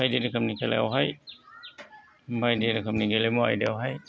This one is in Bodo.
बायदि रोखोमनि खेलायावहाय बायदि रोखोमनि गेलेमु आयदायावहाय